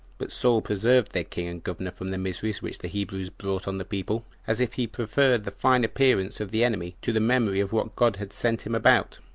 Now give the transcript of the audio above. but saul preserved their king and governor from the miseries which the hebrews brought on the people, as if he preferred the fine appearance of the enemy to the memory of what god had sent him about.